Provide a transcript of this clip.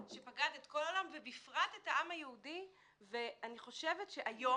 שפקד את כל העולם ובפרט את העם היהודי ואני חושבת שאם